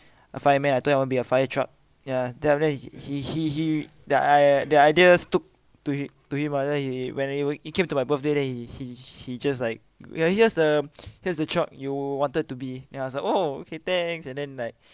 a fireman I told him I want be a fire truck ya then after that he he he he the I the ideas took to he~ to him ah then he when he when he came to my birthday then he he he just like ya here's the here's a truck you wanted to be then I was like oh okay thanks and then like